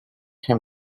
him